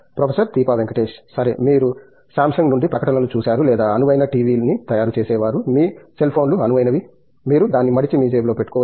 professor Deepa Venkatesh సరే మీరు Samsung నుండి ప్రకటనలు చూసారు లేదా అనువైన టీవీని తయారుచేసేవారు మీ సెల్ ఫోన్లు అనువైనవి మీరు దాన్ని మడిచి మీ జేబులో పెట్టుకోవచ్చు